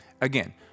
again